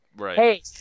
hey